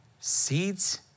seeds